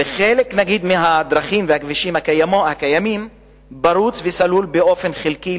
וחלק מהכבישים והדרכים הקיימים פרוצים וסלולים באופן חלקי,